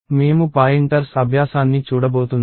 మేము పాయింటర్స్ అభ్యాసాన్ని చూడబోతున్నాము